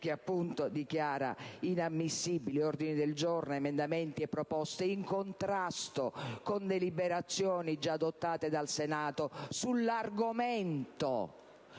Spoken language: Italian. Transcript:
che appunto dichiara inammissibili ordini del giorno, emendamenti e proposte in contrasto con deliberazioni già adottate dal Senato sull'argomento